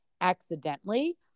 accidentally